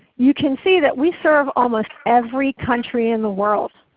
you can see that we serve almost every country in the world.